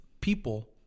people